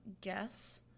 guess